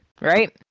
right